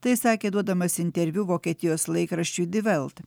tai sakė duodamas interviu vokietijos laikraščiui di velt